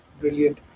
brilliant